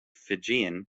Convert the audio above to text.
fijian